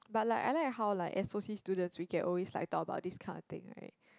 but like I like hall like S_O_C students we can always like talk about these kind of thing right